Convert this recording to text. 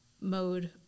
mode